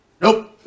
nope